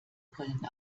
brillen